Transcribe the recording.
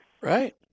right